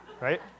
Right